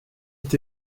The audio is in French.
est